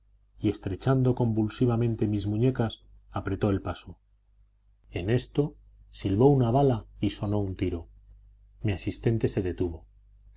y estrechando convulsivamente mis muñecas apretó el paso en esto silbó una bala y sonó un tiro mi asistente se detuvo